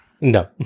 No